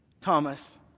Thomas